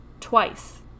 twice